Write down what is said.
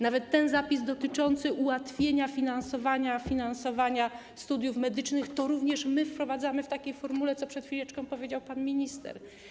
Nawet ten zapis dotyczący ułatwienia finansowania studiów medycznych również my wprowadzamy w takiej formule, o czym przed chwileczką powiedział pan minister.